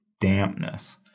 dampness